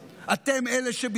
אתם אלה שעושים את זה.